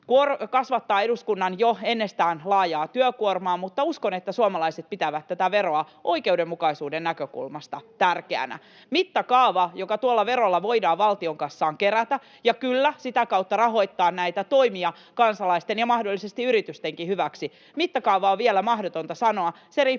kasvattaa eduskunnan jo ennestään laajaa työkuormaa, mutta uskon, että suomalaiset pitävät tätä veroa oikeudenmukaisuuden näkökulmasta tärkeänä. Mittakaavaa, jolla tuolla verolla voidaan rahaa valtionkassaan kerätä — ja kyllä, sitä kautta rahoittaa näitä toimia kansalaisten ja mahdollisesti yritystenkin hyväksi — on vielä mahdotonta sanoa, se riippuu